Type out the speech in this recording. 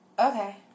Okay